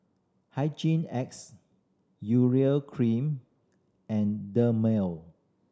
Hygin X Urea Cream and Dermale